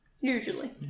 usually